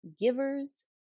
givers